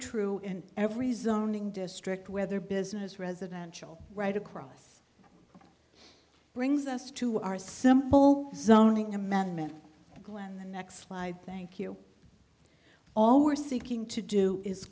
true in every zoning district whether business residential right across brings us to our simple zoning amendment glenn the next slide thank you all we're seeking to do is